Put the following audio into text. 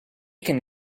can